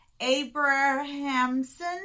Abrahamson